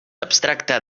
abstracte